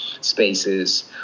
spaces